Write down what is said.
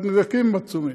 הנזקים עצומים.